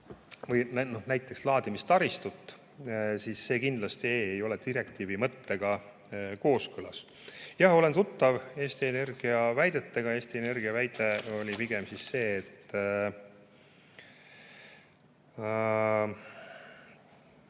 välja näiteks laadimistaristut, kindlasti ei ole direktiivi mõttega kooskõlas. Jah, ma olen tuttav Eesti Energia väidetega. Eesti Energia väide oli pigem see, et